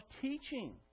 teaching